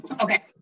Okay